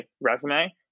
resume